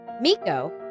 Miko